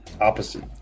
opposite